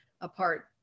Apart